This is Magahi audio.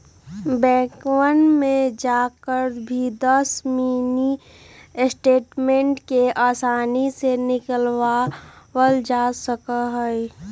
बैंकवा में जाकर भी दस मिनी स्टेटमेंट के आसानी से निकलवावल जा सका हई